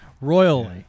Royally